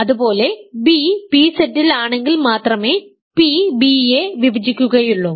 അതുപോലെ b pZ ൽ ആണെങ്കിൽ മാത്രമേ p b യെ വിഭജിക്കുകയുള്ളൂ